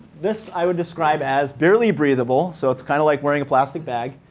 this i would describe as barely breathable, so it's kind of like wearing a plastic bag.